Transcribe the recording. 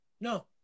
No